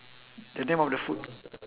the name of the food